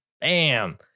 bam